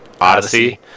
Odyssey